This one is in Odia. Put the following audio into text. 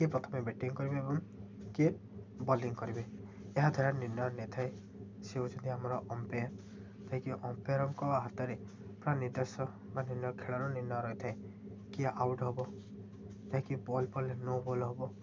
କିଏ ପ୍ରଥମେ ବେଟିଂ କରିବେ ଏବଂ କିଏ ବୋଲିଂ କରିବେ ଏହାଦ୍ଵାରା ନିର୍ଣ୍ଣୟ ନେଇଥାଏ ସେ ହେଉଛନ୍ତି ଆମର ଅମ୍ପେୟାର ଯାଇକି ଅମ୍ପେୟରଙ୍କ ହାତରେ ପୁରା ନିର୍ଦ୍ଦେଶ ବା ନିର୍ଣ୍ଣୟ ଖେଳର ନିର୍ଣ୍ଣୟ ରହିଥାଏ କିଏ ଆଉଟ୍ ହେବ ଯାଇକି ବଲ୍ ପଡ଼ିଲେ ନୋ ବଲ୍ ହେବ